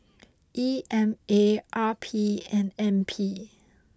E M A R P and N P